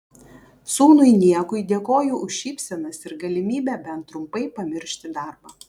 sūnui niekui dėkoju už šypsenas ir galimybę bent trumpai pamiršti darbą